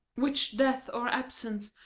which death, or absence,